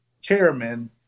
chairman